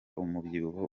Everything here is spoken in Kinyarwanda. umubyibuho